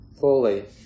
fully